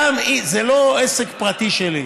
זה לא עסק פרטי שלי.